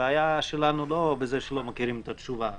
הבעיה שלנו היא לא בזה שלא מכירים את התשובה.